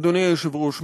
אדוני היושב-ראש,